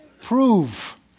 prove